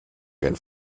kein